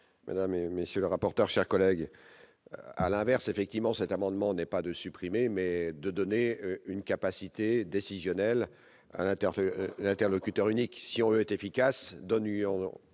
Mesdames et messieurs les rapporteurs, chers collègues, à l'inverse, effectivement, cet amendement n'est pas de supprimer, mais de donner une capacité décisionnelle à l'intérieur, l'interlocuteur unique si on veut être efficace donnions